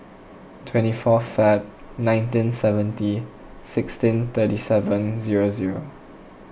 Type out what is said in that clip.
twenty fourth Feb nineteen seventy sixteen thirty seven zero zero